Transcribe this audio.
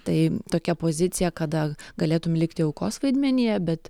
tai tokia pozicija kada galėtum likti aukos vaidmenyje bet